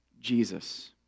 Jesus